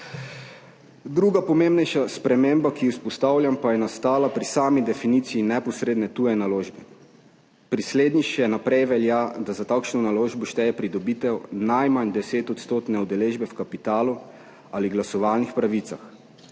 Druga pomembnejša sprememba, ki jo izpostavljam pa je nastala pri sami definiciji neposredne tuje naložbe. Pri slednji še naprej velja, da za takšno naložbo šteje pridobitev najmanj 10 % udeležbe v kapitalu ali glasovalnih pravicah.